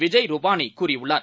விஜய்ரூபானிகூறியுள்ளார்